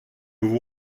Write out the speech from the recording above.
vous